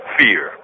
fear